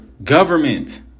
Government